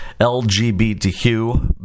lgbtq